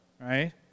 Right